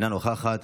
אינה נוכחת,